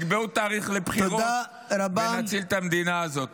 תקבעו תאריך לבחירות ונציל את המדינה הזאת.